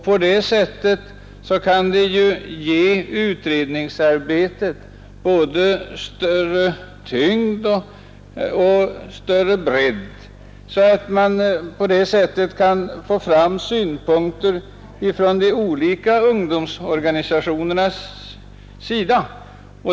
På det sättet kan de ge utredningsarbetet både större tyngd och större bredd så att man därigenom kan få fram synpunkter från de olika ungdomsorganisationerna.